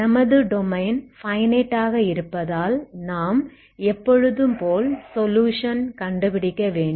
நமது domain finite ஆக இருப்பதால் நாம் எப்பொழுதும்போல் சொலுயுஷன் கண்டுபிடிக்க வேண்டும்